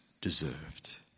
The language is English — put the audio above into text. deserved